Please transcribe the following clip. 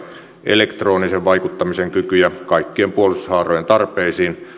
elektronisen vaikuttamisen kykyjä kaikkien puolustushaarojen tarpeisiin